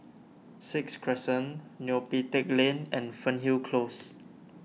Sixth Crescent Neo Pee Teck Lane and Fernhill Close